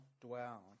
dwell